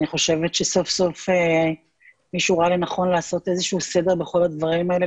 אני חושבת שסוף סוף מישהו ראה לנכון לעשות איזשהו סדר בכל הדברים האלה,